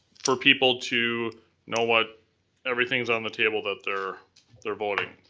for people to know what everything's on the table that they're they're voting